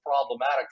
problematic